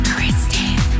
Kristen